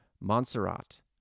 Montserrat